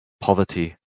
poverty